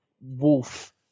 wolf